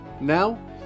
Now